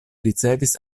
ricevis